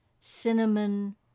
cinnamon